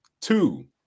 Two